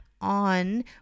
on